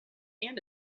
and